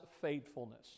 faithfulness